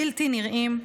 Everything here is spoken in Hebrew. בלתי נראים,